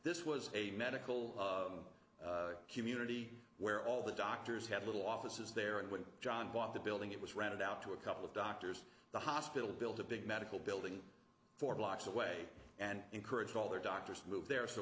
this was a medical community where all the doctors had little offices there and when john bought the building it was rented out to a couple of doctors the hospital built a big medical building four blocks away and encouraged all their doctors move there so